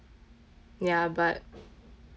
ya but